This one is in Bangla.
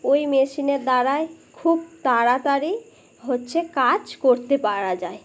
ওই মেশিনের দ্বারাই খুব তাড়াতাড়ি হচ্ছে কাজ করতে পারা যায়